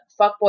fuckboy